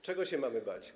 Czego się mamy bać?